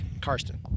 Karsten